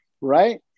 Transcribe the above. Right